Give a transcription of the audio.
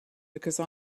because